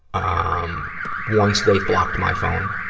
ah um once they've blocked my phone,